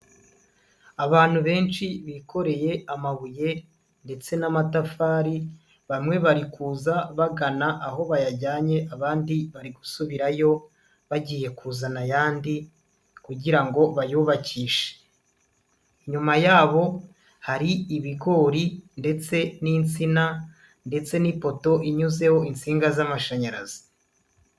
Abantu benshi bikoreye amabuye ndetse n'amatafari bamwe bari kuza bagana aho bayajyanye abandi bari gusubirayo, bagiye kuzana ayandi kugira ngo bayubakishe. Inyuma yabo hari ibigori ndetse n'insina ndetse n'ipoto inyuzeho insinga z'amashanyarazi.